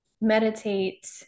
meditate